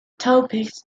topics